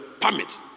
permit